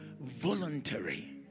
voluntary